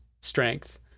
strength